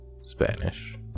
Spanish